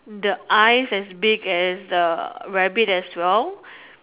the eyes as big as big as the rabbit as well